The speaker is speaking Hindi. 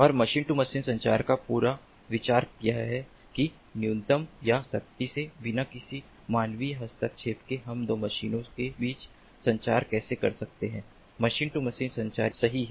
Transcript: और मशीन टू मशीन संचार का पूरा विचार यह है कि न्यूनतम या सख्ती से बिना किसी मानवीय हस्तक्षेप के हम दो मशीनों के बीच संचार कैसे कर सकते हैं मशीन टू मशीन संचार सही है